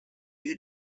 you